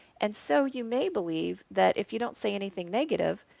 and so you may believe that if you don't say anything negative,